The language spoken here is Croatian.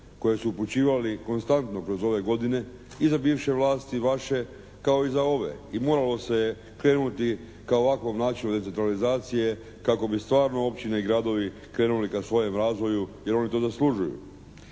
koje su upućivali konstantno kroz ove godine i za bivše vlasti vaše kao i za ove. I moralo se krenuti ka ovakvom načinu decentralizacije kako bi stvarno općine i gradovi krenuli ka svojem razvoju jer oni to zaslužuju.